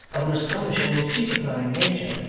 of an astonishing and stupefying nature,